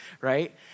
Right